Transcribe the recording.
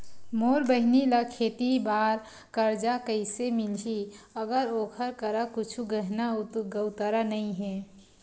मोर बहिनी ला खेती बार कर्जा कइसे मिलहि, अगर ओकर करा कुछु गहना गउतरा नइ हे?